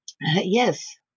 Yes